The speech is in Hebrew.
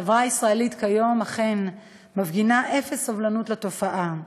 החברה הישראלית כיום אכן מפגינה אפס סובלנות לתופעה.